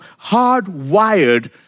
hardwired